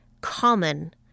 common